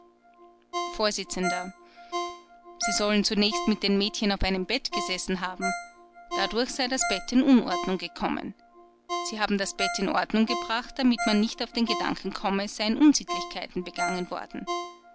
vors sie sollen zunächst mit den mädchen auf einem bett gesessen haben dadurch sei das bett in unordnung gekommen sie haben das bett in ordnung gebracht damit man nicht auf den gedanken komme es seien unsittlichkeiten begangen worden